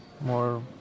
more